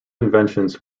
inventions